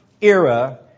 era